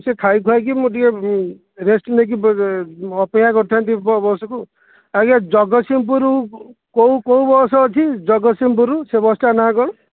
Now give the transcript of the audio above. ସେ ଖାଇଖୁଆ କି ମୁଁ ଟିକେ ରେଷ୍ଟ୍ ନେଇକି ଅପେକ୍ଷା କରିଥାନ୍ତି ବସକୁ ଆଜ୍ଞା ଜଗତସିଂହପୁର କେଉଁ କେଉଁ ବସ୍ ଅଛି ଜଗତସିଂହପୁରରୁ ସେ ବସ୍ଟା ନାଁ କ'ଣ